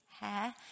hair